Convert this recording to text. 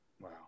Wow